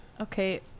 Okay